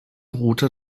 route